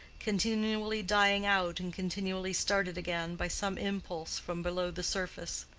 continually dying out and continually started again by some impulse from below the surface.